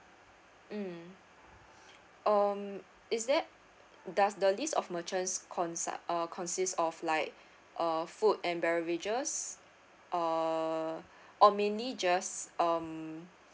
mm um is that does the list of merchants consi~ or consists of like uh food and beverages uh or mainly just um